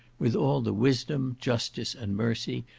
with all the wisdom, justice, and mercy,